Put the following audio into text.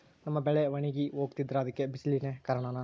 ನಮ್ಮ ಬೆಳೆ ಒಣಗಿ ಹೋಗ್ತಿದ್ರ ಅದ್ಕೆ ಬಿಸಿಲೆ ಕಾರಣನ?